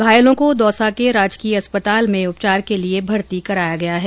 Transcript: घायलों को दौसा के राजकीय अस्पताल में उपचार के लिए भर्ती कराया गया है